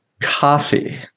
coffee